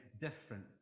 different